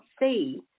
see